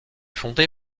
fondé